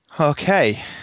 Okay